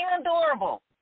adorable